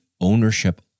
ownership